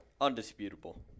Undisputable